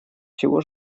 чего